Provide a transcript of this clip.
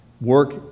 Work